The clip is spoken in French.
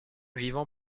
vivant